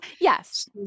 yes